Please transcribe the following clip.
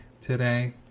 today